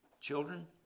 Children